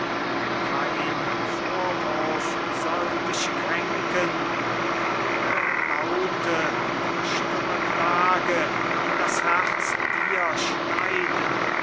kein vorwurf soll dich kränken keine laute noch stumme klage in das herz dir schneiden